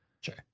Sure